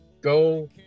go